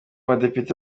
badepite